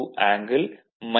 2 1